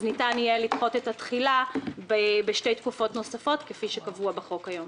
ניתן יהיה לדחות את התחילה בשתי תקופות נוספות כפי שקבוע בחוק היום.